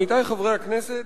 עמיתי חברי הכנסת,